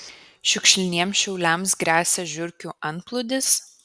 šiukšliniems šiauliams gresia žiurkių antplūdis